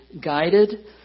guided